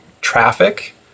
traffic